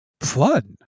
fun